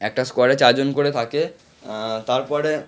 একটা স্কোয়াডে চার জন করে থাকে তারপরে